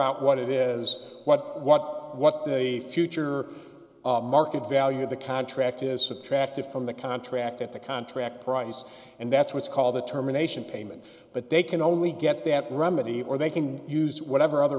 out what it is what what what the future market value of the contract is subtracted from the contract at the contract price and that's what's called the terminations payment but they can only get that remedy or they can use whatever other